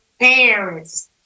parents